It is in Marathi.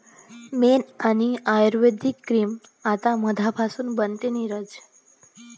मेण आणि आयुर्वेदिक क्रीम आता मधापासून बनते, नीरज